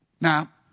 Now